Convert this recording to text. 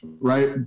right